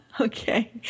Okay